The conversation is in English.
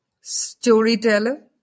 Storyteller